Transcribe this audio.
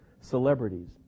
celebrities